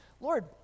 Lord